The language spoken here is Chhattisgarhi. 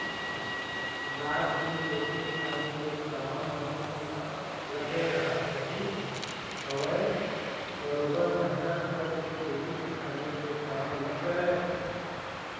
रात दिन खेती किसानी के काम मन म लगे रहत रहिस हवय बरोबर मेहनत करके खेती किसानी के काम ल करय